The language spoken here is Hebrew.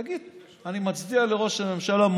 תגיד: אני מצדיע לראש הממשלה,